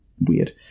weird